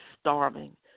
starving